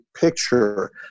picture